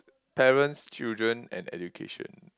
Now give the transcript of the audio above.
parents children and education